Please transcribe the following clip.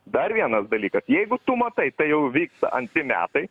dar vienas dalykas jeigu tu matai tai jau vyksta antri metai